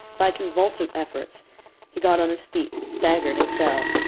by convulsive efforts he got on his feet, staggered, and fell.